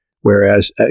whereas